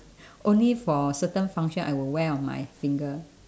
only for certain function I will wear on my finger